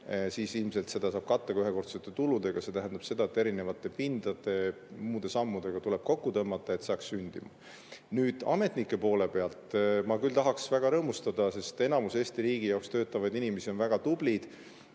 siis ilmselt seda saab katta ühekordsete tuludega, see tähendab seda, et erinevate pindade ja muude sammudega tuleb kokku tõmmata, et see saaks sündida. Nüüd, ametnike poole pealt ma küll tahaks väga rõõmustada, sest enamik Eesti riigi heaks töötavaid inimesi on väga tublid,